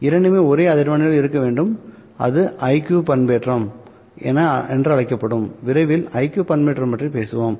இரண்டுமே ஒரே அதிர்வெண்ணில் இருக்க வேண்டும்அது IQ பண்பேற்றம் என்று அழைக்கப்படும் விரைவில் IQ பண்பேற்றம் பற்றி பேசுவோம்